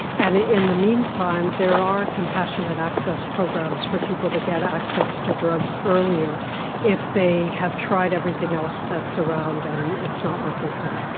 and in the meantime there are compassionate access programs for people to get access to drugs earlier if they have tried everything else that's around and it's not working for them.